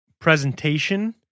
presentation